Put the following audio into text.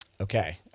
Okay